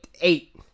Eight